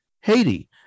Haiti